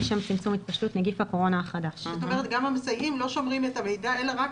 גם המסייעים לא שומרים את המידע אלא רק